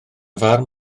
farn